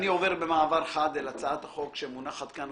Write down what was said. ואני עובר במעבר חד אל הצעת החוק שמונחת כאן,